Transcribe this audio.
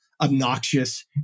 obnoxious